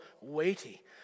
weighty